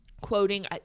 quoting